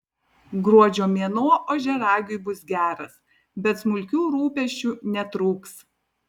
gruodžio mėnuo ožiaragiui bus geras bet smulkių rūpesčių netrūks